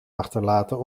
achterlaten